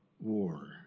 war